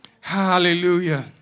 Hallelujah